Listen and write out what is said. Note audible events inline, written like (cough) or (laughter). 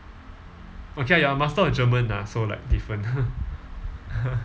okay ah you are a master of german ah so like different (laughs)